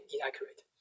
inaccurate